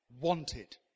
wanted